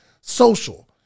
social